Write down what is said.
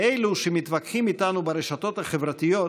לאלו שמתווכחים איתנו ברשתות החברתיות,